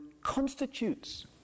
constitutes